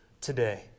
today